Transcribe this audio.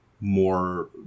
more